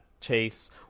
Chase